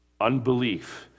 Unbelief